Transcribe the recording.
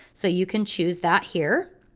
so you can choose that here.